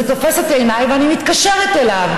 זה תופס את עיניי, ואני מתקשרת אליו.